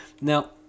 Now